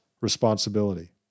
responsibility